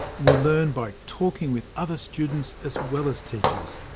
we learn by talking with other students as well as teachers,